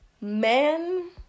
men